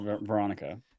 Veronica